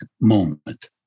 moment